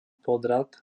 podrad